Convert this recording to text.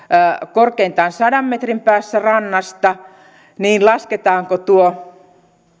korkeintaan sadan metrin päässä rannasta niin lasketaanko tuo